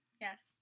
Yes